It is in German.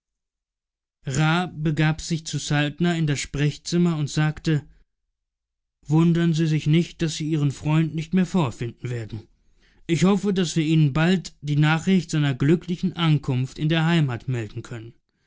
begab sich zu saltner in das sprechzimmer und sagte wundern sie sich nicht daß sie ihren freund nicht mehr vorfinden werden ich hoffe daß wir ihnen bald die nachricht seiner glücklichen ankunft in der heimat melden können